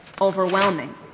overwhelming